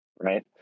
right